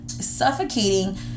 suffocating